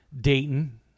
dayton